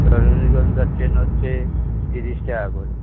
রজনীগন্ধার চেইন হচ্ছে তিরিশ টাকা করে